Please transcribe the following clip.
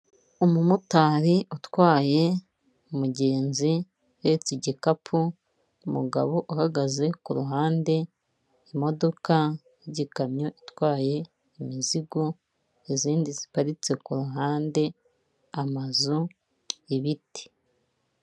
Umumotari utwaye umugenzi uhetse igikapu umugabo uhagaze ku ruhande imodoka yigikamyo itwaye imizigo izindi ziparitse kuruhande amazu ibiti.